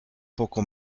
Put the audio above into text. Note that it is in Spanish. poco